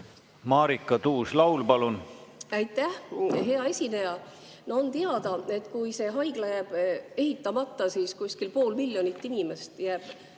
Marika Tuus-Laul, palun! Aitäh! Hea esineja! On teada, et kui see haigla jääb ehitamata, siis umbes pool miljonit inimest jääb